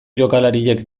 jokalariek